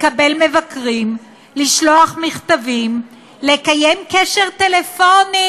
לקבל מבקרים, לשלוח מכתבים, לקיים קשר טלפוני,